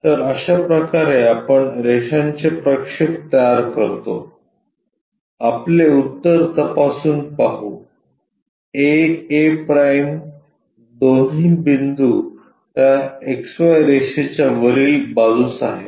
तर अशाप्रकारे आपण रेषांचे प्रक्षेप तयार करतो आपले उत्तर तपासून पाहू a a' दोन्ही बिंदू त्या XY रेषेच्या वरील बाजूस आहेत